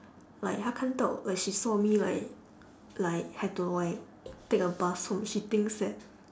like 她看到 like she saw me like like had to like take a bus home she thinks that